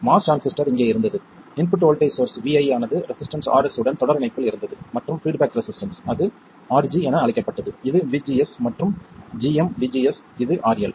MOS transistor இங்கே இருந்தது input voltage source Vi ஆனது ரெசிஸ்டன்ஸ் Rs உடன் தொடர் இணைப்பில் இருந்தது மற்றும் பீட்பேக் ரெசிஸ்டன்ஸ் அது RG என அழைக்கப்பட்டது இது VGS மற்றும் gm VGS இது RL